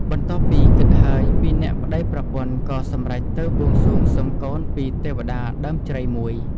បន្ទាប់ពី គិតហើយពីរនាក់ប្ដីប្រពន្ធក៏សម្រេចទៅបួងសួងសុំកូនពីរទេវតាដើមជ្រៃមួយ។